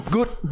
Good